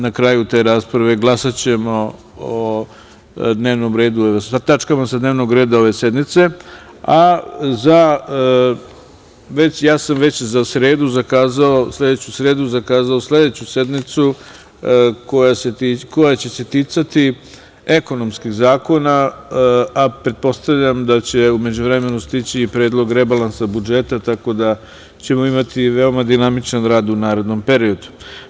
Na kraju te rasprave glasaćemo o tačkama dnevnog reda ove sednice, a već sam za sredu zakazao sledeću sednicu koja će se ticati ekonomskih zakona, a pretpostavljam da će u međuvremenu stići i Predlog rebalansa budžeta, tako da ćemo imati veoma dinamičan rad u narednom periodu.